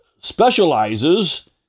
specializes